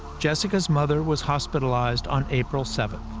jessica's mother was hospitalized on april seven.